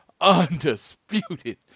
undisputed